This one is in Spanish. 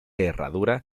herradura